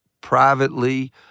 privately